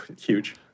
Huge